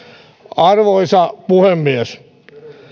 arvoisa puhemies